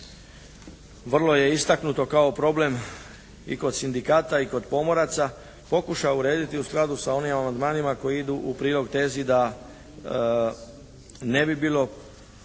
vrlo je istaknuto kao problem i kod sindikata i kod pomoraca, pokuša urediti u skladu sa onim amandmanima koji idu u prilog tezi da ne bi bilo